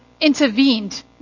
intervened